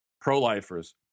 pro-lifers